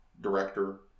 director